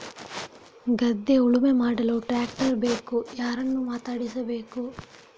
ಗದ್ಧೆ ಉಳುಮೆ ಮಾಡಲು ಟ್ರ್ಯಾಕ್ಟರ್ ಬೇಕು ಯಾರನ್ನು ಮಾತಾಡಿಸಬೇಕು?